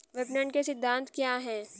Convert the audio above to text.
विपणन के सिद्धांत क्या हैं?